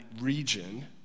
region